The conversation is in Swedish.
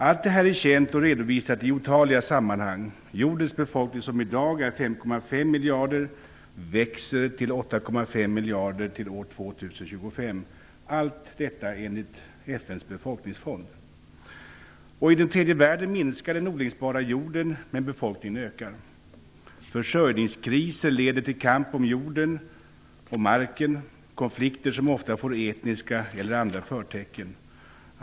Allt detta är känt och redovisat i otaliga sammanhang. Jordens befolkning som i dag är 5,5 miljarder växer till 8,5 miljarder till år 2025, allt detta enligt FN:s befolkningsfond. I tredje världen minskar den odlingsbara jorden, men befolkningen ökar. Försörjningskriser leder till kamp om jorden och marken, konflikter som ofta får etniska eller andra förtecken.